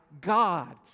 God